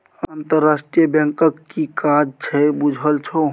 अंतरराष्ट्रीय बैंकक कि काज छै बुझल छौ?